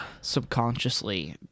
subconsciously